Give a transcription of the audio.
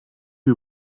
wie